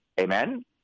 Amen